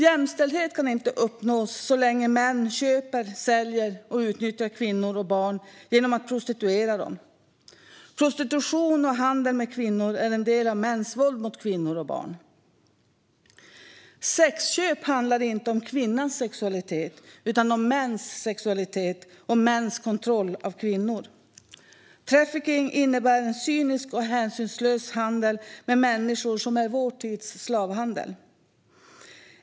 Jämställdhet kan inte uppnås så länge män köper, säljer och utnyttjar kvinnor och barn genom att prostituera dem. Prostitution och handel med kvinnor är en del av mäns våld mot kvinnor och barn. Sexköp handlar inte om kvinnors sexualitet utan om mäns sexualitet och mäns kontroll av kvinnor. Trafficking innebär en cynisk och hänsynslös handel med människor som är vår tids slavhandel.